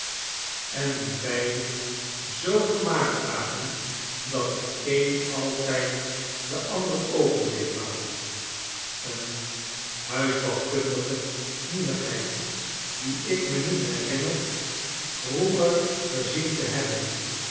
en die beide zoo gemaakt waren dat de een altijd de ander open deed waaien een huisbouwnaar de watervallen van den niagara kundige nieuwigheid die ik me met herinner vroeger gezien te hebben